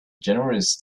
generous